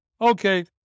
okay